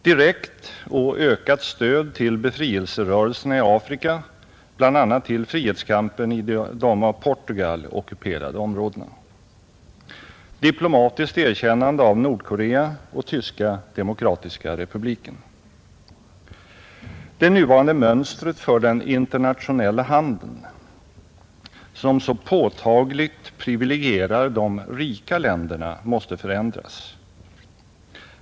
Direkt och ökat stöd till befrielserörelserna i Afrika, bl.a. till frihetskampen i de av Portugal ockuperade områdena. Det nuvarande mönstret för den internationella handeln, som så påtagligt privilegierar de rika länderna, måste förändras.